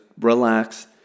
relax